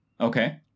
Okay